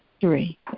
three